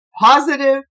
positive